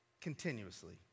continuously